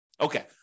Okay